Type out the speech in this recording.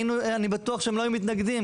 אני בטוח שהם לא היו מתנגדים,